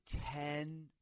ten